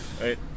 right